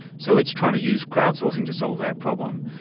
so it's trying to use crowdsourcing to solve that problem.